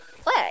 play